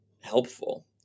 helpful